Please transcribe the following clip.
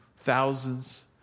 thousands